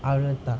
அவ்ளோதா:avlothaa